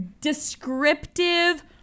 descriptive